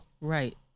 Right